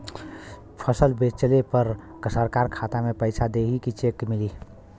फसल बेंचले पर सरकार खाता में पैसा देही की चेक मिली?